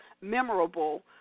memorable